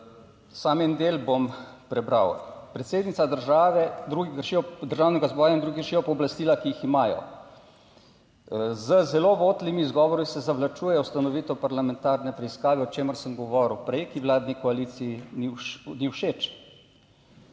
Samo en del bom prebral. Predsednica države, drugi kršijo Državnega zbora in drugi rešijo pooblastila, ki jih imajo. Z zelo votlimi izgovori se zavlačuje ustanovitev parlamentarne preiskave, o čemer sem govoril prej, ki vladni koaliciji ni všeč